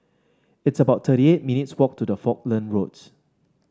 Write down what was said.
it's about thirty eight minutes' walk to the Falkland Roads